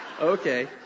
okay